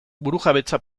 burujabetza